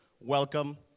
welcome